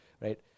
right